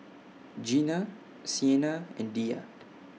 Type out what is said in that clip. Gina Siena and Diya